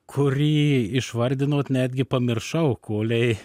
kurį išvardinot netgi pamiršau kolei